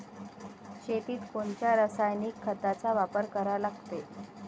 शेतीत कोनच्या रासायनिक खताचा वापर करा लागते?